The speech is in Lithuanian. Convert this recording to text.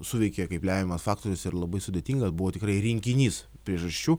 suveikė kaip lemiamas faktorius ir labai sudėtinga buvo tikrai rinkinys priežasčių